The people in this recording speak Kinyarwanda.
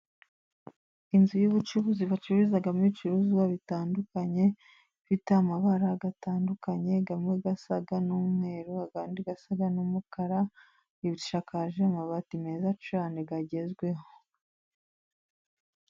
Inzu y'ubucuruzi bacururizamo ibicuruzwa bitandukanye, ifite amabara yatandukanye, yamwe yasaga n'umweru, ayandi yasaga n'umukara, bisakaje amabati meza cyane yagezweho.